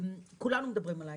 כולנו מדברים על היי-טק,